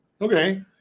Okay